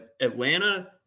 Atlanta